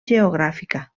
geogràfica